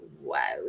wow